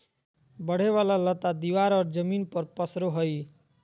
बढ़े वाला लता दीवार और जमीन पर पसरो हइ